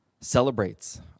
celebrates